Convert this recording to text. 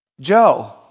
Joe